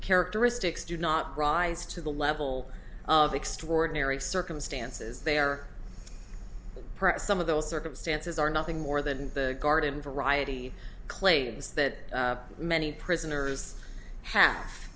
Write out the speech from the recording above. characteristics do not rise to the level of extraordinary circumstances they are perhaps some of those circumstances are nothing more than the garden variety claims that many prisoners ha